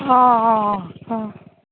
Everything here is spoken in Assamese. অঁ অঁ অঁ অঁ অঁ